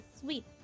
sweet